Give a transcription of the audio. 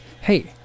Hey